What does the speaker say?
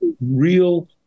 real